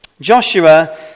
Joshua